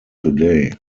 today